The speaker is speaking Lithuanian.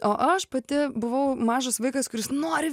o aš pati buvau mažas vaikas kuris nori